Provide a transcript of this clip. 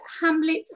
Hamlet